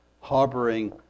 harboring